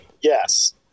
Yes